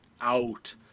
out